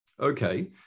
Okay